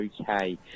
okay